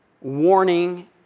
warning